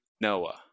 Noah